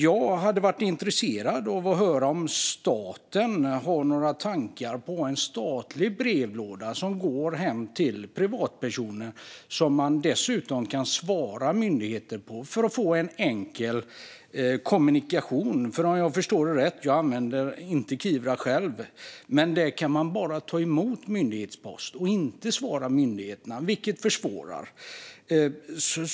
Jag är intresserad av att höra om regeringen har några tankar på en statlig digital brevlåda för privatpersoner, där man dessutom kan svara myndigheter för att få en enkel kommunikation. Jag använder inte själv Kivra, men om jag har förstått det rätt kan man där bara ta emot myndighetspost och inte svara myndigheterna, vilket försvårar.